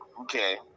Okay